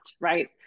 right